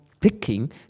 picking